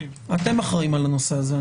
אתם אחראים על הנושא הזה.